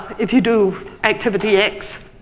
if you do activity x,